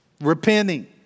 Repenting